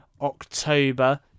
October